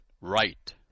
right